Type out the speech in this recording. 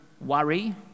worry